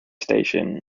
station